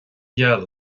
gheal